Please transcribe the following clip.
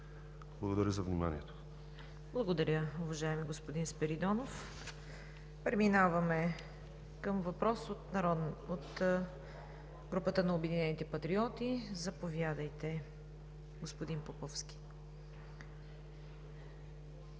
ЦВЕТА КАРАЯНЧЕВА: Благодаря, уважаеми господин Спиридонов. Преминаваме към въпрос от групата на „Обединени патриоти“. Заповядайте, господин Поповски.